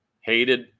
hated